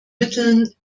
mitteln